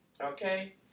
Okay